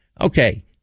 Okay